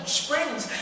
springs